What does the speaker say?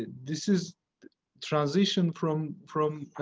this is transition from from, ah,